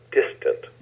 distant